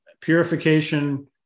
purification